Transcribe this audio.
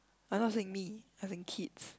I'm not saying me I saying kids